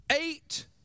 Eight